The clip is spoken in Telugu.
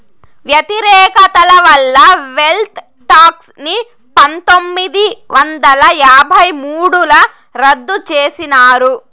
వ్యతిరేకత వల్ల వెల్త్ టాక్స్ ని పందొమ్మిది వందల యాభై మూడుల రద్దు చేసినారు